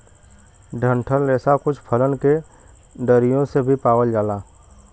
डंठल रेसा कुछ फलन के डरियो से भी पावल जाला